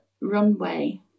runway